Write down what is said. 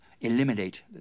eliminate